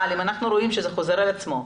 אבל אם אנחנו רואים שזה חוזר על עצמו,